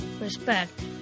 respect